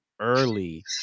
early